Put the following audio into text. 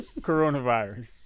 coronavirus